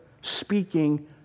speaking